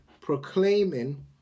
proclaiming